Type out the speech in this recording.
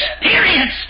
experience